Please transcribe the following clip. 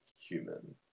human